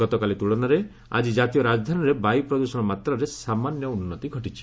ଗତକାଲି ତୁଳନାରେ ଆଜି କାତୀୟ ରାଜଧାନୀରେ ବାୟୁ ପ୍ରଦୂଷଣ ମାତ୍ରାରେ ସାମାନ୍ୟ ଉନ୍ନତି ଘଟିଛି